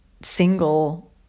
single